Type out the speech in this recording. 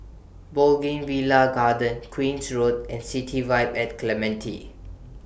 Bougainvillea Garden Queen's Road and City Vibe At Clementi